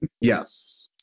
Yes